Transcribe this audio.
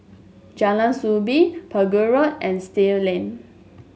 Jalan Soo Bee Pegu Road and Still Lane